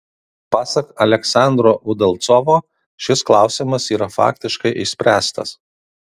pasak aleksandro udalcovo šis klausimas yra faktiškai išspręstas